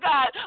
God